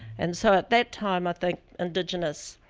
and so, at that time, i think indigenous,